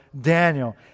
Daniel